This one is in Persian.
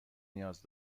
نیاز